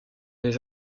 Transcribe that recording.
les